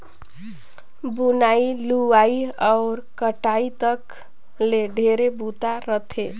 बुनई, लुवई अउ कटई तक ले ढेरे बूता रहथे